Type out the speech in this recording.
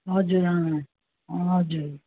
हजुर अँ अँ हजुर